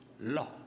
law